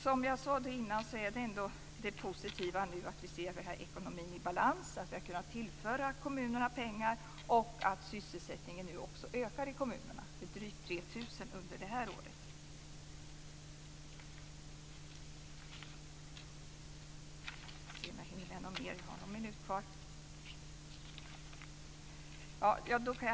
Som jag sade tidigare är det ändå positivt att vi ser att ekonomin är i balans, att vi har kunnat tillföra kommunerna pengar och att sysselsättningen nu också ökar i kommunerna. Antalet sysselsatta ökar med drygt 3 000 under detta år.